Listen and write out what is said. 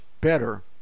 better